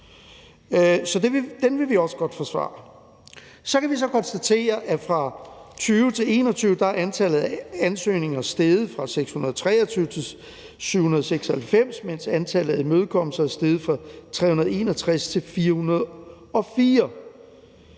Så den vil vi også godt forsvare. Så kan vi konstatere, at fra 2020 til 2021 er antallet af ansøgninger steget fra 623 til 796, mens antallet af imødekommelser er steget fra 361 til 404.